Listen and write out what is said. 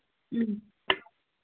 ꯎꯝ